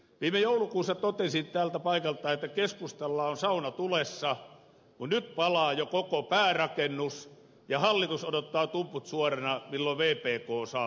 viime joulukuussa totesin tältä paikalta että keskustalla on sauna tulessa mutta nyt palaa jo koko päärakennus ja hallitus odottaa tumput suorina milloin vpk saapuu paikalle